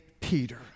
Peter